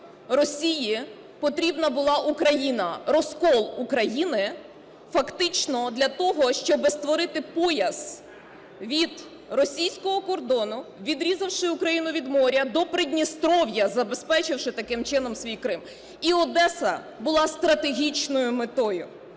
Росії потрібна була Україна, розкол України фактично, для того, щоб створити пояс від російського кордону, відрізавши Україну від моря до Придністров'я, забезпечивши таким чином свій Крим. І Одеса була стратегічною метою.